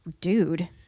Dude